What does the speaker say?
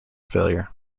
failure